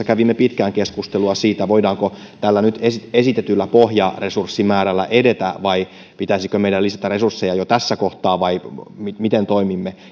kävimme pitkään keskustelua siitä voidaanko tällä nyt esitetyllä pohjaresurssimäärällä edetä vai pitäisikö meidän lisätä resursseja jo tässä kohtaa vai miten miten toimimme